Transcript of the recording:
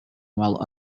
while